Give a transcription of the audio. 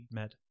met